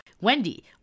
Wendy